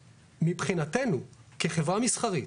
מבחינתנו, כחברה מסחרית,